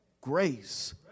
grace